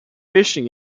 fishing